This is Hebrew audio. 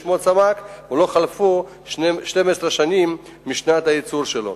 סמ"ק ולא חלפו 12 שנים משנת הייצור שלו.